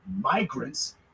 migrants